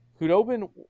Hudobin